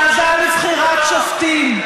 בוועדה לבחירת שופטים.